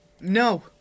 No